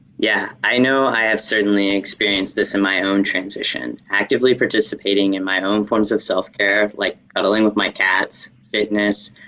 yeah i know i have certainly experienced this in my own transition. actively participating in my own forms of self-care, like cuddling with my cats, fitness,